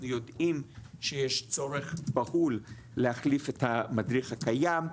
אנחנו יודעים שיש צורך בהול להחליף את המדריך הקיים.